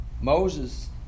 Moses